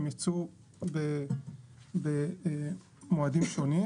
הם יצאו במועדים שונים.